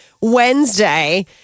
Wednesday